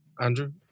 Andrew